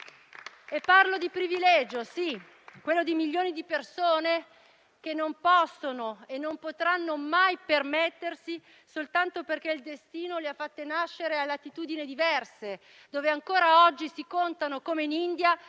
parlo di un privilegio che milioni di persone non possono e non potranno mai permettersi, soltanto perché il destino le ha fatte nascere a latitudini diverse, dove ancora oggi si contano, come in India,